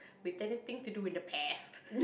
we tend to think to do in the past